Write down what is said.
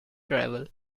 travel